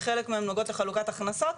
וחלק מהן לחלוקת הכנסות.